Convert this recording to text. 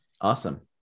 Awesome